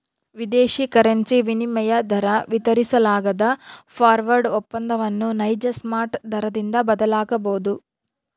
ವಿದೇಶಿ ಕರೆನ್ಸಿ ವಿನಿಮಯ ದರ ವಿತರಿಸಲಾಗದ ಫಾರ್ವರ್ಡ್ ಒಪ್ಪಂದವನ್ನು ನೈಜ ಸ್ಪಾಟ್ ದರದಿಂದ ಬದಲಾಗಬೊದು